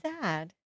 sad